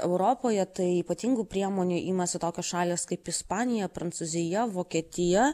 europoje tai ypatingų priemonių imasi tokios šalys kaip ispanija prancūzija vokietija